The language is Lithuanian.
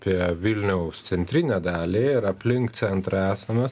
apie vilniaus centrinę dalį ir aplink centrą esamas